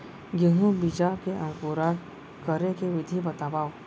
गेहूँ बीजा के अंकुरण करे के विधि बतावव?